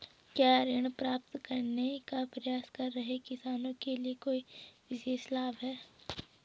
क्या ऋण प्राप्त करने का प्रयास कर रहे किसानों के लिए कोई विशेष लाभ हैं?